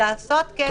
נעצור כאן.